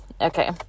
Okay